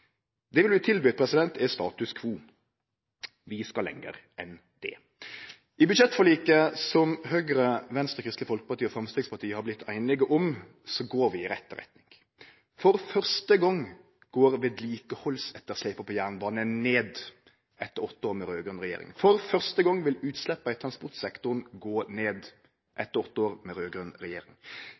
er status quo. Vi skal lenger enn det. I budsjettforliket som Høgre, Venstre, Kristeleg Folkeparti og Framstegspartiet har vorte einige om, går vi i rett retning. For første gong går vedlikehaldsetterslepet på jernbanen ned etter åtte år med raud-grøn regjering. For første gong vil utsleppa i transportsektoren gå ned etter åtte år med raud-grøn regjering.